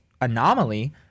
anomaly